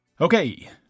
Okay